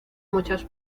muchas